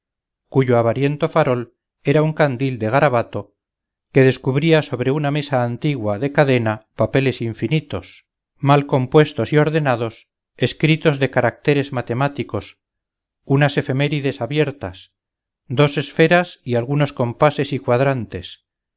cuyo avariento farol era un candil de garabato que descubría sobre una mesa antigua de cadena papeles infinitos mal compuestos y ordenados escritos de caracteres matemáticos unas efemérides abiertas dos esferas y algunos compases y cuadrantes